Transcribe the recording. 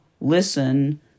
listen